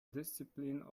discipline